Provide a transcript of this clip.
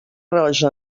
roja